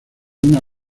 una